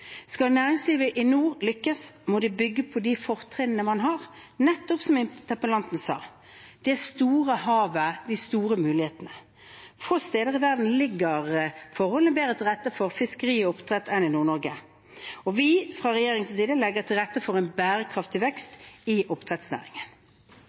Skal næringslivet i nord lykkes, må det bygge på de fortrinnene man har – nettopp som interpellanten sa – det store havet, de store mulighetene. Få steder i verden ligger forholdene bedre til rette for fiskeri og oppdrett enn i Nord-Norge, og fra regjeringens side legger vi til rette for en bærekraftig